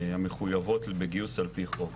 המחויבות בגיוס על פי חוק.